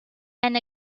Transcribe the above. and